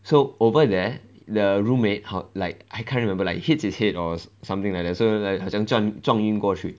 so over there the roommate 好 like I can't remember like hit his head or something like that so like 好像撞撞晕过去